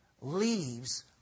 leaves